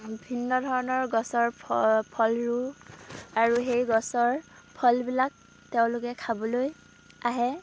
ভিন্ন ধৰণৰ গছৰ ফল ৰুওঁ আৰু সেই গছৰ ফলবিলাক তেওঁলোকে খাবলৈ আহে